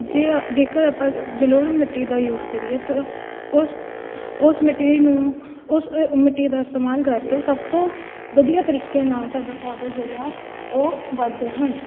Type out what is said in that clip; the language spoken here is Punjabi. ਜੇ ਜੇਕਰ ਆਪਾਂ ਜਲੋੜ੍ਹ ਮਿੱਟੀ ਦਾ ਯੂਜ ਕਰੀਏ ਤਾਂ ਉਸ ਉਸ ਮਿੱਟੀ ਨੂੰ ਉਸ ਮਿੱਟੀ ਦਾ ਇਸਤੇਮਾਲ ਕਰ ਕੇ ਸਭ ਤੋਂ ਵਧੀਆ ਤਰੀਕੇ ਨਾਲ ਸਾਡੇ ਪੌਦੇ ਜਿਹੜੇ ਹੈ ਉਹ ਵਧਦੇ ਹਨ